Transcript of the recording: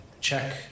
check